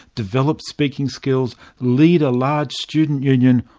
develop speaking skills, lead a large student union,